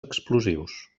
explosius